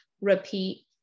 repeat